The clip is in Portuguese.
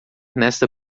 nesta